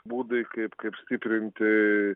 būdai kaip kaip stiprinti